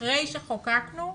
אחרי שחוקקנו,